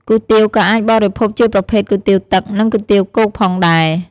គុយទាវក៏អាចបរិភោគជាប្រភេទគុយទាវទឹក និង គុយទាវគោកផងដែរ ។